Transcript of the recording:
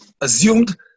assumed